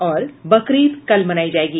और बकरीद कल मनायी जायेगी